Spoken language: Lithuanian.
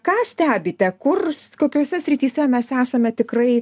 ką stebite kur kokiose srityse mes esame tikrai